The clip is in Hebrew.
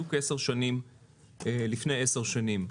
בדיוק לפני עשר שנים.